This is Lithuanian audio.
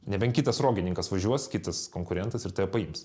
nebent kitas rogininkas važiuos kitas konkurentas ir tave paims